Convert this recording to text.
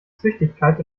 züchtigkeit